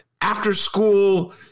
after-school